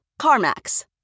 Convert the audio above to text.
CarMax